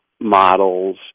models